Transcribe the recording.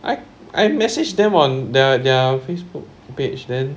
I I messaged them on their their Facebook page then